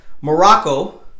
Morocco